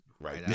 right